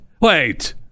Wait